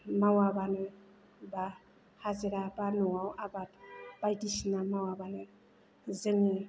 मावाबानो बा हाजिरा बा न'आव आबाद बायदिसिना मावाबानो जोंनि